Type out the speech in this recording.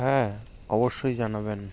হ্যাঁ অবশ্যই জানাবেন